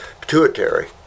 Pituitary